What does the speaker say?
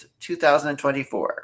2024